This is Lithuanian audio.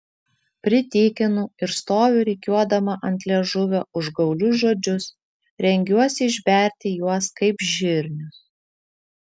pritykinu ir stoviu rikiuodama ant liežuvio užgaulius žodžius rengiuosi išberti juos kaip žirnius